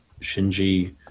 Shinji